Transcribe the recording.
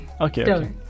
okay